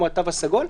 כמו התו הסגול,